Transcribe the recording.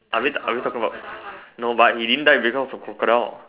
are we are we talking about no but we didn't dead because of the crocodile